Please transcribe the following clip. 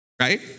right